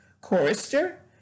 chorister